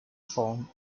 form